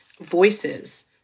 voices